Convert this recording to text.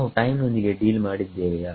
ನಾವು ಟೈಮ್ ನೊಂದಿಗೆ ಡೀಲ್ ಮಾಡಿದ್ದೇವೆಯಾ